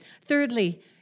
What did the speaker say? Thirdly